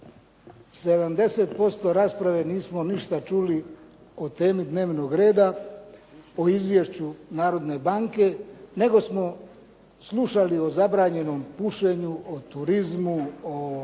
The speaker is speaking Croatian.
70% rasprave nismo ništa čuli o temi dnevnog reda, o izvješću Narodne banke, nego smo slušali o zabranjenom pušenju, o turizmu, o